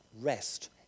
rest